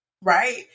right